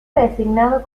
designado